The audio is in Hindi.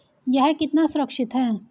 यह कितना सुरक्षित है?